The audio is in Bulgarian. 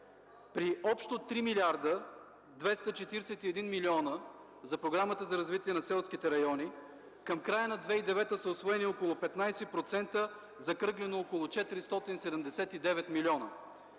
при общо 3 милиарда 241 милиона за Програмата за развитие на селските райони, към края на 2009 г. са усвоени около 15% – закръглено около 479 милиона.